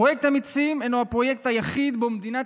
פרויקט אמיצים הוא הפרויקט היחיד שבו מדינת